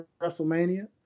WrestleMania